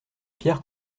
pierre